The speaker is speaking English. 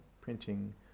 printing